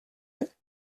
est